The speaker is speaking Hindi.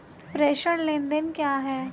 प्रेषण लेनदेन क्या है?